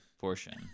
portion